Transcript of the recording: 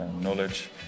knowledge